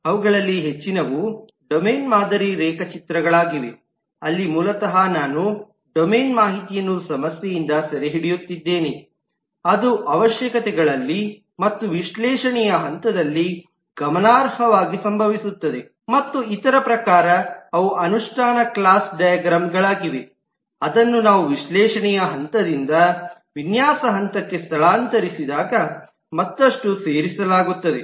ಅವುಗಳಲ್ಲಿ ಹೆಚ್ಚಿನವು ಡೊಮೇನ್ ಮಾದರಿ ರೇಖಾಚಿತ್ರಗಳಾಗಿವೆ ಅಲ್ಲಿ ಮೂಲತಃ ನಾನು ಡೊಮೇನ್ ಮಾಹಿತಿಯನ್ನು ಸಮಸ್ಯೆಯಿಂದ ಸೆರೆಹಿಡಿಯುತ್ತಿದ್ದೇನೆ ಅದು ಅವಶ್ಯಕತೆಗಳಲ್ಲಿ ಮತ್ತು ವಿಶ್ಲೇಷಣೆಯ ಹಂತದಲ್ಲಿ ಗಮನಾರ್ಹವಾಗಿ ಸಂಭವಿಸುತ್ತದೆ ಮತ್ತು ಇತರ ಪ್ರಕಾರ ಅವು ಅನುಷ್ಠಾನ ಕ್ಲಾಸ್ ಡೈಗ್ರಾಮ್ಗಳಾಗಿವೆ ಅದನ್ನು ನಾವು ವಿಶ್ಲೇಷಣೆಯ ಹಂತದಿಂದ ವಿನ್ಯಾಸ ಹಂತಕ್ಕೆ ಸ್ಥಳಾಂತರಿಸಿದಾಗ ಮತ್ತಷ್ಟು ಸೇರಿಸಲಾಗುತ್ತದೆ